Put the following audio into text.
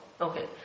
Okay